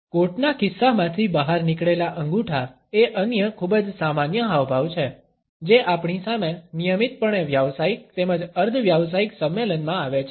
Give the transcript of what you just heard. કોટના ખિસ્સામાંથી બહાર નીકળેલા અંગૂઠા એ અન્ય ખૂબ જ સામાન્ય હાવભાવ છે જે આપણી સામે નિયમિતપણે વ્યાવસાયિક તેમજ અર્ધ વ્યાવસાયિક સંમેલનમાં આવે છે